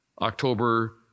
October